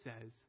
says